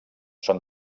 són